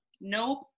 Nope